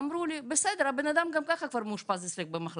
אמרו לי: בסדר, הבן-אדם גם ככה כבר מאושפז במחלקה.